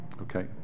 Okay